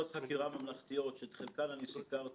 לא ועדת חקירה ממלכתית אלא לתת לוועדת